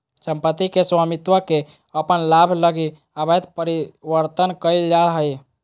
सम्पत्ति के स्वामित्व के अपन लाभ लगी अवैध परिवर्तन कइल जा हइ